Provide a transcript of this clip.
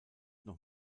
noch